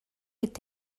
est